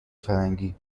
فرنگی